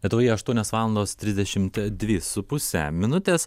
lietuvoje aštuonios valandos trisdešimt dvi su puse minutės